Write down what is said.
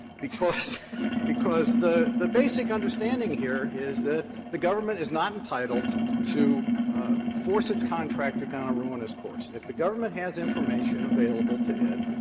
because because the the basic understanding here is that the government is not entitled to force its contractor down a ruinous course. if the government has information available to it,